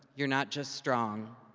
you're not just strong.